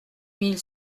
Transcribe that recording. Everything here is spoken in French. mille